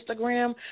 Instagram